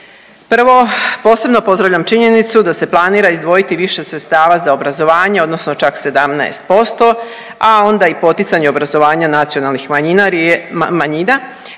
Prvo, posebno pozdravljam činjenicu da se planira izdvojiti više sredstava za obrazovanje odnosno čak 17%, a onda i poticanje obrazovanja nacionalnih manjina